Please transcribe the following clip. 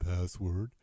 Password